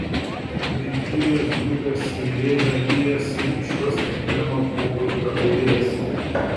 baigtinės grupės eilė dalijasi iš jos kiekvieno pogrupio eilės